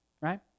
right